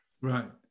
right